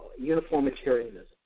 uniformitarianism